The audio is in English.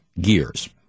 gears